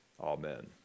Amen